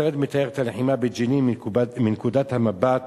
הסרט מתאר את הלחימה בג'נין מנקודת המבט